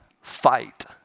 fight